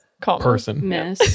Person